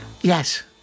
Yes